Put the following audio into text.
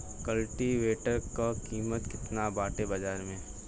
कल्टी वेटर क कीमत केतना बाटे बाजार में?